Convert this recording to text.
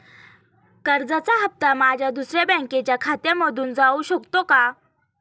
कर्जाचा हप्ता माझ्या दुसऱ्या बँकेच्या खात्यामधून जाऊ शकतो का?